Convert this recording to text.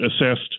assessed